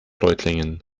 reutlingen